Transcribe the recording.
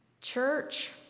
Church